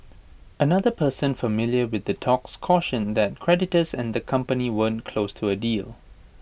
another person familiar with the talks cautioned that creditors and the company weren't close to A deal